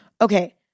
Okay